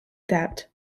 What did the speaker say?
that